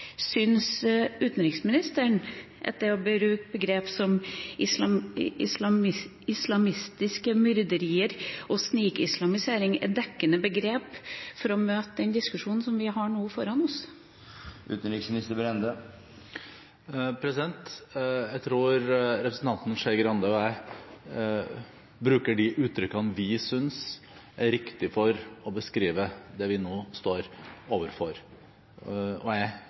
som islamske myrderier og snikislamisering er dekkende begrep for å møte den diskusjonen som vi nå har foran oss? Jeg tror representanten Skei Grande og jeg bruker de uttrykkene vi synes er riktig for å beskrive det vi nå står overfor,